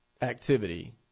activity